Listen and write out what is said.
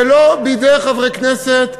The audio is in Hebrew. ולא בידי חברי הכנסת מהפוליטיקה,